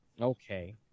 Okay